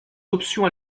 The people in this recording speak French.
option